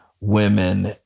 women